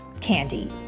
candy